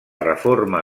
reforma